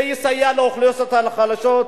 זה יסייע לאוכלוסיות החלשות,